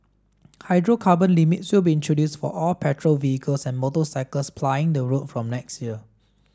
hydrocarbon limits will be introduced for all petrol vehicles and motorcycles plying the road from next year